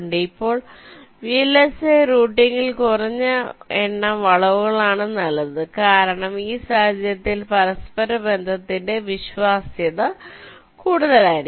ഇപ്പോൾ VLSI റൂട്ടിംഗിൽ കുറഞ്ഞ എണ്ണം വളവുകളാണ് നല്ലത് കാരണം ആ സാഹചര്യത്തിൽ പരസ്പരബന്ധത്തിന്റെ വിശ്വാസ്യത കൂടുതലായിരിക്കും